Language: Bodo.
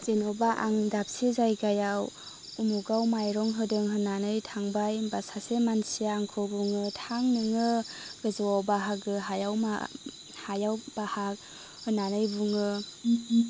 जेन'बा आं दाबसे जायगायाव उमुगाव मायरं होदों होन्नानै थांबाय होमबा सासे मानसिया आंखौ बुङो थां नोङो गोजौआव बाहागो हायाव मा हायाव बाहाग होन्नानै बुङो